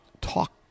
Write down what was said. talk